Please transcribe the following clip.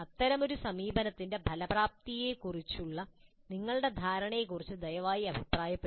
അത്തരമൊരു സമീപനത്തിന്റെ ഫലപ്രാപ്തിയെക്കുറിച്ചുള്ള നിങ്ങളുടെ ധാരണയെക്കുറിച്ച് ദയവായി അഭിപ്രായപ്പെടുക